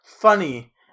funny